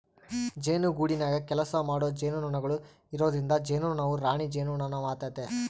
ಜೇನುಗೂಡಿನಗ ಕೆಲಸಮಾಡೊ ಜೇನುನೊಣಗಳು ಇರೊದ್ರಿಂದ ಜೇನುನೊಣವು ರಾಣಿ ಜೇನುನೊಣವಾತತೆ